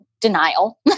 denial